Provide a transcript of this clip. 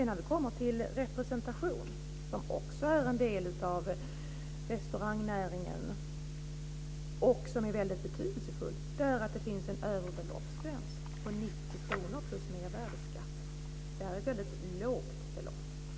När vi kommer till representationen, som också är en del av restaurangnäringen och som är väldigt betydelsefull, finns det en övre beloppsgräns på 90 kr plus mervärdesskatt. Det är ett mycket lågt belopp.